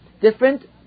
Different